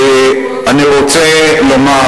אני רוצה לומר